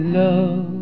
love